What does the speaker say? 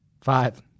Five